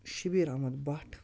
Shabir Ahmad Bhat